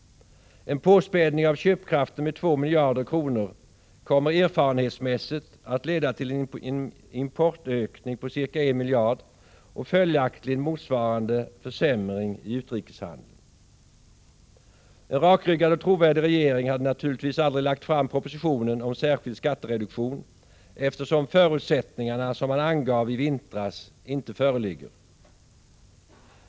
En påspädning av köpkraften med 2 miljarder kronor kommer erfarenhetsmässigt att leda till en importökning på ca 1 miljard och följaktligen till motsvarande försämring i utrikeshandeln. En rakryggad och trovärdig regering hade naturligtvis aldrig lagt fram en proposition om särskild skattereduktion, eftersom de förutsättningar som man angav i vintras inte föreligger.